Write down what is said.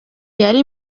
yari